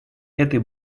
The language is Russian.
этой